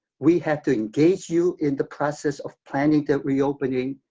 we have to engage you in the process of planning the reopening,